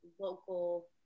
local